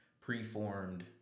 preformed